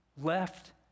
left